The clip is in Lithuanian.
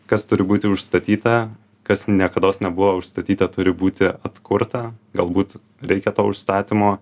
kas turi būti užstatyta kas niekados nebuvo užstatyta turi būti atkurta galbūt reikia to užstatymo